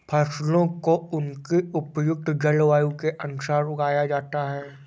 फसलों को उनकी उपयुक्त जलवायु के अनुसार उगाया जाता है